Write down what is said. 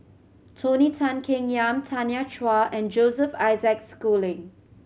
Tony Tan Keng Yam Tanya Chua and Joseph Isaac Schooling